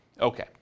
Okay